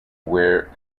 where